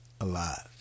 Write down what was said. alive